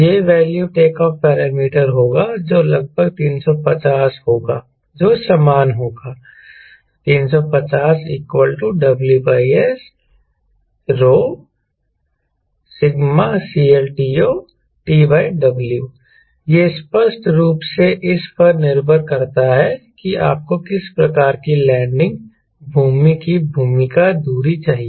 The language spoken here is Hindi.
यह वैल्यू टेक ऑफ पैरामीटर होगा जो लगभग 350 होगा जो समान होगा 350 W Sσ CLTO TW यह स्पष्ट रूप से इस पर निर्भर करता है कि आपको किस प्रकार की लैंडिंग भूमि की भूमिका दूरी चाहिए